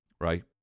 right